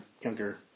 younger